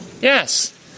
Yes